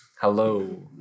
hello